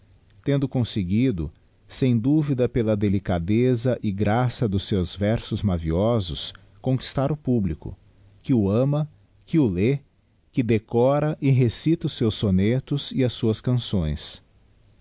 tendo conseguido sem duvida pela delicadeza e graça dos seus versos maviosos conquistar o publico que o ama que o lê que decora e recita os seus sonetos e as suas canções